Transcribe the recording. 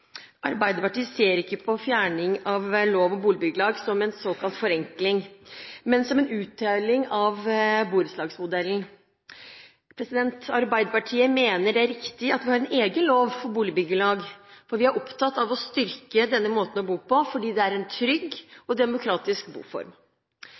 Arbeiderpartiet ser ikke på fjerning av lov om boligbyggelag som en såkalt forenkling, men som en uthuling av borettslagsmodellen. Arbeiderpartiet mener det er riktig at vi har en egen lov for boligbyggelag. Vi er opptatt av å styrke denne måten å bo på, fordi det er en trygg